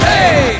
Hey